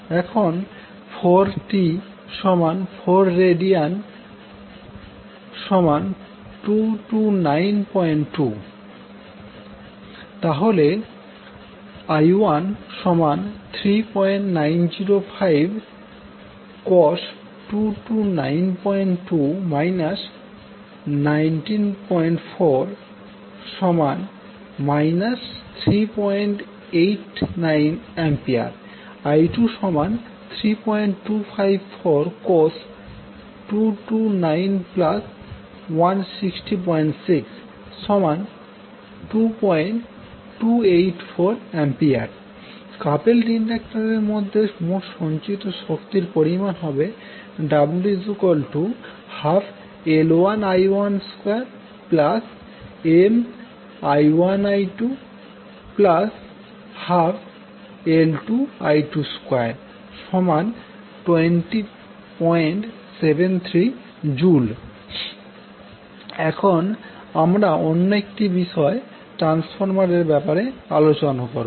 এখন 4t4rad2292 তাহলে i13905cos 2292 194 3389A i23254cos 22921606 2284A coupled ইন্ডাক্টরের মধ্যে মোট সঞ্চিত শক্তির পরিমাণ হবে w12L1i12Mi1i212L2i222073J এখন আমরা অন্য একটি বিষয় ট্রান্সফর্মার এর ব্যাপারে আলোচনা করবো